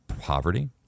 poverty